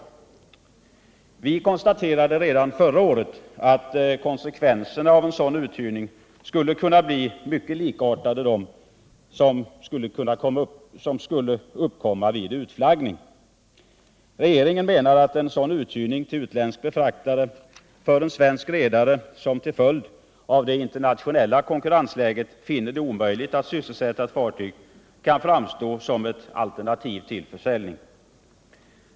Vi konstaterade redan förra året att konsekvenserna av en sådan uthyrning skulle kunna bli mycket likartade dem som skulle uppkomma vid utflaggning. Regeringen menar att en sådan uthyrning till utländsk befraktare för en svensk redare, som till följd av det internationella konkurrensläget finner det omöjligt att sysselsätta ett fartyg, kan framstå som ett alternativ till försäljning.